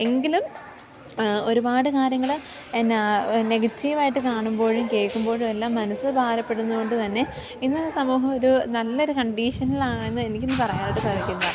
എങ്കിലും ഒരുപാട് കാര്യങ്ങൾ എന്നാ നെഗറ്റീവായിട്ട് കാണുമ്പോഴും കേൾക്കുമ്പോഴുമെല്ലാം മനസ്സ് ഭാരപ്പെടുന്നതുകൊണ്ട് തന്നെ ഇന്ന് സമൂഹം ഒരു നല്ലൊരു കണ്ടീഷനിലാണെന്ന് എനിക്കിന്ന് പറയാനായിട്ട് സാധിക്കില്ല